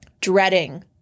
dreading